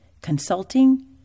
consulting